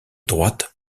droite